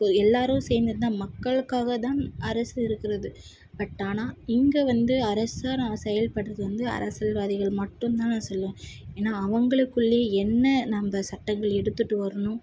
இப்போ எல்லாரும் சேர்ந்து தான் மக்களுக்காக தான் அரசு இருக்கிறது பட் ஆனால் இங்கே வந்து அரசாக செயல்படுகிறது வந்து அரசியல்வாதிகள் மட்டும் தான் நான் சொல்வேன் ஏன்னா அவங்களுக்குள்ளையே என்ன நம்ப சட்டங்கள் எடுத்துகிட்டு வரணும்